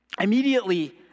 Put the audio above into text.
immediately